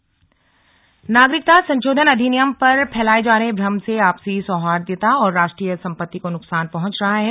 CAA नागरिकता संशोधन अधिनियम पर फैलाये जा रहे भ्रम से आपसी सौहार्द्ता और राष्ट्रीय सम्पत्ति को नुकसान पहुंच रहा है